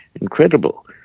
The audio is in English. incredible